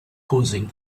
causing